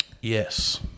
Yes